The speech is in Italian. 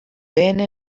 venne